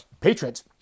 Patriots